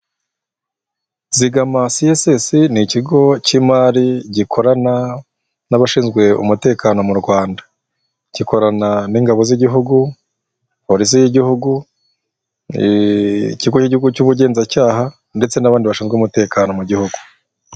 Zigama CSS ni ikigo cy 'imari gikorana n'abashinzwe umutekano mu Rwanda. Gikorana n'ingabo z'Igihugu, polisi y'Igihugu, ikigo k'Igihugu cy'ubugenzacyaha ndetse n'abandi bashinzwe umutekano mu Gihugu.